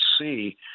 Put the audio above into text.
see